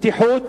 פתיחות,